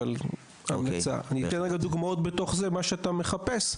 אני אתן דוגמאות למה שאתה מחפש.